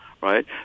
right